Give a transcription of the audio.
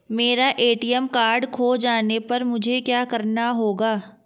मेरा ATM card खो जाने पर मुझे क्या करना होगा?